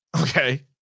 Okay